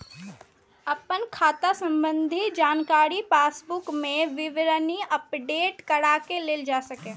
अपन खाता संबंधी जानकारी पासबुक मे विवरणी अपडेट कराके लेल जा सकैए